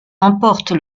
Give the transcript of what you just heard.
remporte